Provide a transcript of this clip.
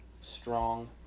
strong